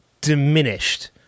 diminished